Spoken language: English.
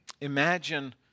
imagine